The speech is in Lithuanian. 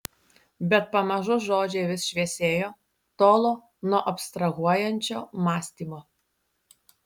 bet pamažu žodžiai vis šviesėjo tolo nuo abstrahuojančio mąstymo